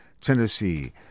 Tennessee